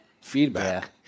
feedback